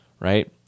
right